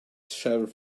sheriff